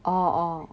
orh orh